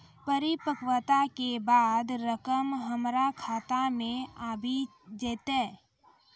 परिपक्वता के बाद रकम हमरा खाता मे आबी जेतै?